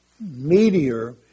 meteor